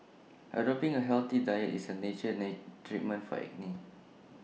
adopting A healthy diet is A nature treatment for acne